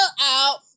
out